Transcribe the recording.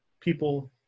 people